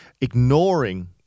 ignoring